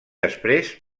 després